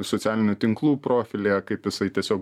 socialinių tinklų profilyje kaip jisai tiesiog